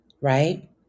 right